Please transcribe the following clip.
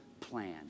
plan